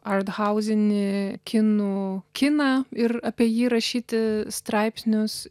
ardhauzinį kinų kiną ir apie jį rašyti straipsnius